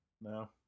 No